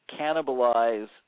cannibalize